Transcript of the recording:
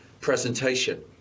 presentation